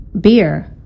beer